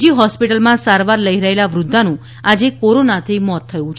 જી હોસ્પિટલમાં સારવાર લઇ રહેલ વૃધ્ધાનું આજે કોરોનાથી મોત થયું છે